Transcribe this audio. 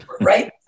Right